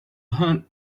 hunt